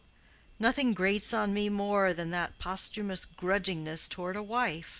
nothing grates on me more than that posthumous grudgingness toward a wife.